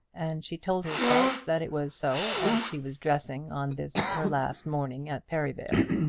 and she told herself that it was so as she was dressing on this her last morning at perivale.